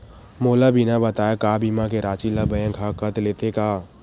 मोला बिना बताय का बीमा के राशि ला बैंक हा कत लेते का?